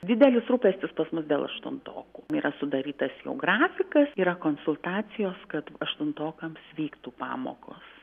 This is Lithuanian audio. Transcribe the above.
didelis rūpestis pas mus dėl aštuntokų yra sudarytas jau grafikas yra konsultacijos kad aštuntokams vyktų pamokos